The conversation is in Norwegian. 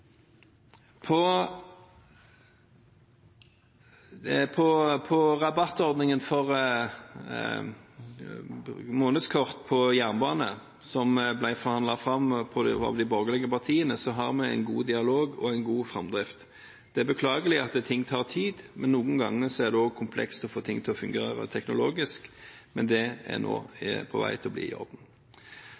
Når det gjelder rabattordningen for månedskort på jernbanen, som ble forhandlet fram av de borgerlige partiene, har vi en god dialog og en god framdrift. Det er beklagelig at ting tar tid, men noen ganger er det komplekst å få ting til å fungere teknologisk, men det er nå på vei til å bli i orden.